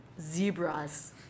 Zebras